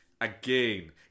again